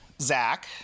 Zach